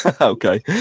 okay